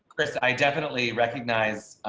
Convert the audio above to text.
chris, i definitely recognize